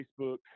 facebook